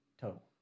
total